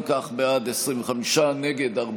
אם כך, בעד, 24, נגד, 44,